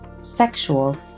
sexual